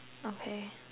okay